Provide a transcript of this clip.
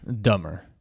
Dumber